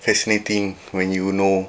fascinating when you know